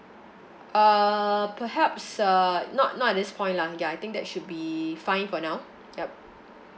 uh perhaps uh not not at this point lah ya I think that should be fine for now yup